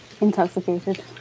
Intoxicated